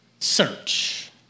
Search